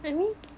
I mean